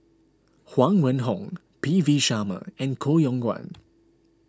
Huang Wenhong P V Sharma and Koh Yong Guan